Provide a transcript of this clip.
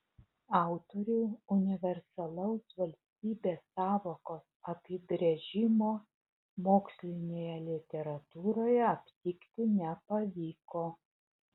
autoriui universalaus valstybės sąvokos apibrėžimo mokslinėje literatūroje aptikti nepavyko